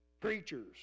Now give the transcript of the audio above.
Preachers